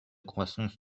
croissance